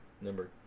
Number